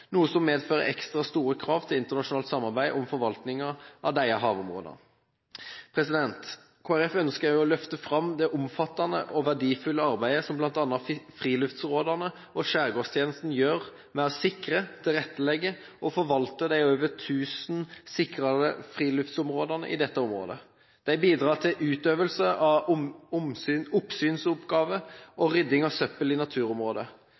noe som medfører ekstra store krav til internasjonalt samarbeid om forvaltningen av disse havområdene. Kristelig Folkeparti ønsker å løfte fram det omfattende og verdifulle arbeidet som bl.a. friluftsrådene og Skjærgårdstjenesten gjør med å sikre, tilrettelegge og forvalte de over tusen sikrede friluftsområdene i dette området. De bidrar til utøvelse av oppsynsoppgaver og rydding av søppel i naturområder.